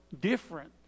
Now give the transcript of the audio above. different